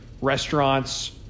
restaurants